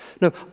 No